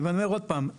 אני אומר עוד פעם,